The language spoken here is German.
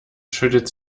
schüttet